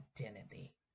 identity